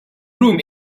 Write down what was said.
room